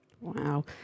Wow